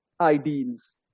ideals